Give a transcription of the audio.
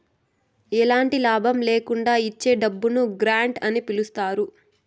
ఎలాంటి లాభం ల్యాకుండా ఇచ్చే డబ్బును గ్రాంట్ అని పిలుత్తారు